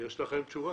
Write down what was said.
יש לכם תשובה?